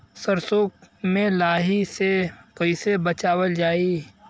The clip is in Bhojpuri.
सरसो में लाही से कईसे बचावल जाई?